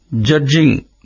judging